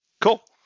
cool